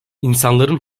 i̇nsanların